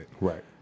Right